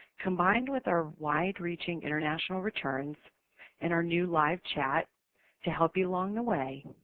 combined with our wide-reaching international returns and our new live chat to help you along the way,